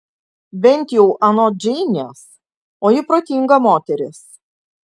bent jau anot džeinės o ji protinga moteris